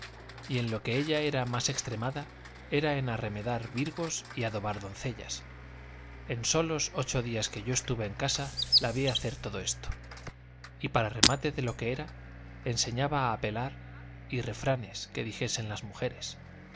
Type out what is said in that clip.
y en lo que ella era más extremada era en arremedar virgos y adobar doncellas en solos ocho días que yo estuve en casa la vi hacer todo esto y para remate de lo que era enseñaba a pelar y refranes que dijesen las mujeres